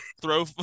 throw